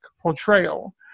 portrayal